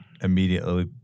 immediately